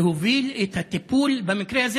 להוביל את הטיפול במקרה הזה.